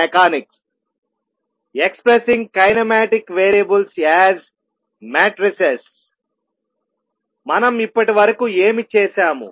మనం ఇప్పటివరకు ఏమి చేసాము